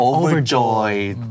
overjoyed